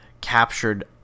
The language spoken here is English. captured